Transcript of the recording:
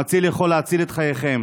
המציל יכול להציל את חייכם.